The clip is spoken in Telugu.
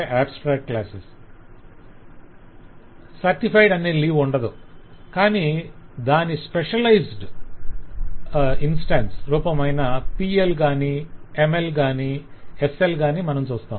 'certified' అనే లీవ్ ఉండదు కాని దాని స్పెషలైజుడ్ 'ప్రత్యెక అవతారం' specialized instance రూపమైన PLగాని MLగాని SLగాని మనం చూస్తాం